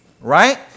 right